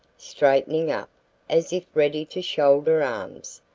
straightening up as if ready to shoulder arms.